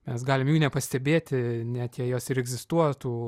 mes galim jų nepastebėti net jei jos ir egzistuotų